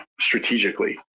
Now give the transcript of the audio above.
strategically